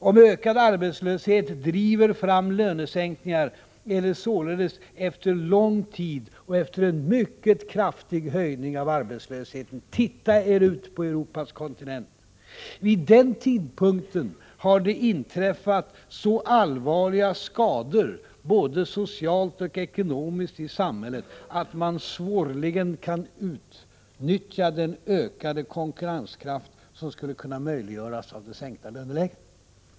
Om ökad arbetslöshet driver fram lönesänkningar, är det således efter lång tid och efter en mycket kraftig höjning av arbetslösheten — se er om på Europas kontinent! Vid den tidpunkten har det inträffat så allvarliga skador — både socialt och ekonomiskt — i samhället, att man svårligen kan utnyttja den ökade konkurrenskraft som skulle kunna möjliggöras av det sänkta löneläget.